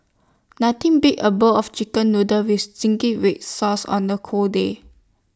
nothing beats A bowl of Chicken Noodles with Zingy Red Sauce on the cold day